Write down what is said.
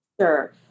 Sure